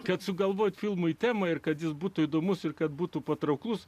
kad sugalvoti filmui temą ir kad jis būtų įdomus ir kad būtų patrauklus